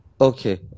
Okay